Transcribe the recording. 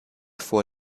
vor